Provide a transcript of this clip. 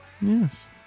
Yes